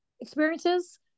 experiences